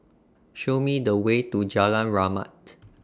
Show Me The Way to Jalan Rahmat